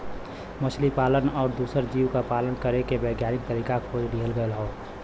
मछली पालन आउर दूसर जीव क पालन करे के वैज्ञानिक तरीका खोज लिहल गयल हौ